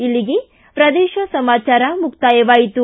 ಇಲ್ಲಿಗೆ ಪ್ರದೇಶ ಸಮಾಚಾರ ಮುಕ್ತಾಯವಾಯಿತು